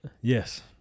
Yes